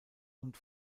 und